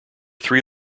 three